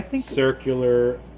circular